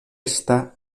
esta